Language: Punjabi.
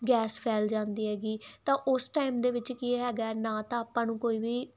ਗੈਸ ਫੈਲ ਜਾਂਦੀ ਹੈਗੀ ਤਾਂ ਉਸ ਟਾਈਮ ਦੇ ਵਿੱਚ ਕੀ ਹੈਗਾ ਨਾ ਤਾਂ ਆਪਾਂ ਨੂੰ ਕੋਈ ਵੀ